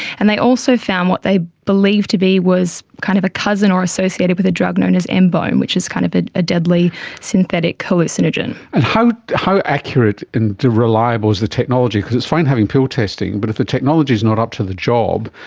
and they also found what they believed to be was kind of a cousin or associated with a drug known as and nbome, which is kind of a deadly synthetic hallucinogen. and how how accurate and reliable is the technology? because it's fine having pill testing but if the technology is not up to the job,